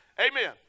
Amen